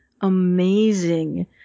amazing